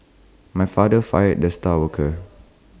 my father fired the star worker